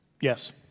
Yes